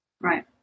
Right